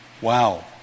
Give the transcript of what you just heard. Wow